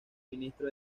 ministro